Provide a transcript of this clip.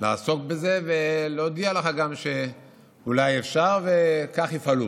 לעסוק בזה ולהודיע לך גם שאולי אפשר וכך יפעלו.